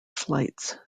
flights